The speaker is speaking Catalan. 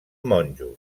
monjos